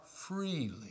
freely